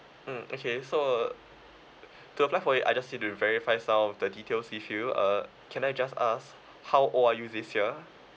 mm okay so to apply for it I just need to verify some of the details with you uh can I just ask how old are you this year